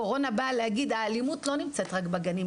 הקורונה באה להגיד שהאלימות לא נמצאת רק בגנים,